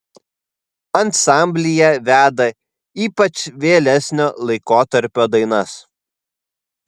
ansamblyje veda ypač vėlesnio laikotarpio dainas